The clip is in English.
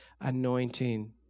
anointing